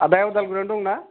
आदाया अदालगुरियावनो दंना